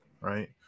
right